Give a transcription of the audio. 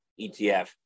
ETF